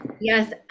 Yes